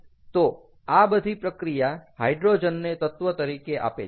તો આ બધી પ્રક્રિયા હાઇડ્રોજનને તત્ત્વ તરીકે આપે છે